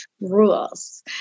rules